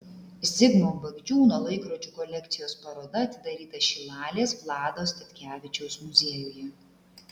zigmo bagdžiūno laikrodžių kolekcijos paroda atidaryta šilalės vlado statkevičiaus muziejuje